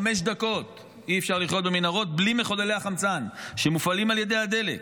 חמש דקות אי-אפשר לחיות במנהרות בלי מחוללי החמצן שמופעלים על ידי הדלק.